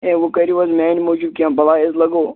ہے ؤنۍ کٔریو حظ میانہِ موجوٗب کیٚنہہ بَلایہِ حظ لَگَو